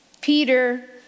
Peter